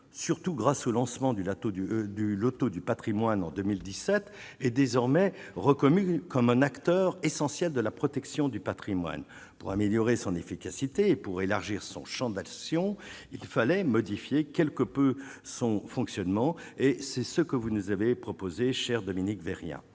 surtout grâce au lancement du Loto du du Loto du Patrimoine en 2017 est désormais reconnu comme un acteur essentiel de la protection du Patrimoine pour améliorer son efficacité et pour élargir son Champ de l'addition, il fallait modifier quelque peu son fonctionnement et c'est ce que vous nous avez proposé chers Dominique verrière,